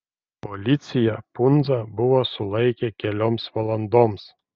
policija pundzą buvo sulaikę kelioms valandoms